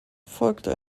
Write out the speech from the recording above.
folgte